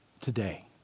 today